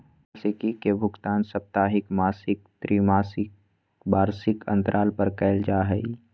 वार्षिकी के भुगतान साप्ताहिक, मासिक, त्रिमासिक, वार्षिक अन्तराल पर कइल जा हइ